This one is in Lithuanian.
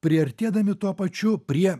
priartėdami tuo pačiu prie